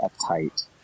uptight